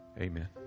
Amen